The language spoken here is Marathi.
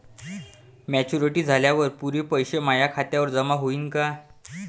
मॅच्युरिटी झाल्यावर पुरे पैसे माया खात्यावर जमा होईन का?